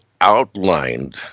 outlined